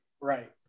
Right